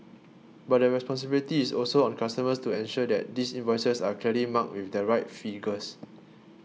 but the responsibility is also on customers to ensure that these invoices are clearly marked with the right figures